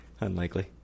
Unlikely